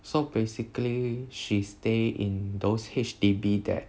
so basically she stay in those H_D_B that